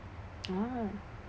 ah